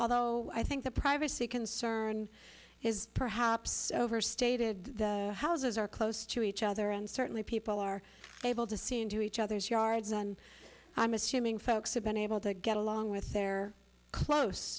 although i think the privacy concern is perhaps overstated the houses are close to each other and certainly people are able to see into each other's yards and i'm assuming folks have been able to get along with their close